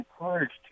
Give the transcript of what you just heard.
encouraged